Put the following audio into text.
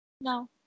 No